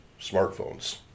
smartphones